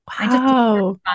Wow